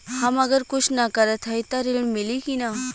हम अगर कुछ न करत हई त ऋण मिली कि ना?